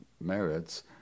merits